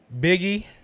Biggie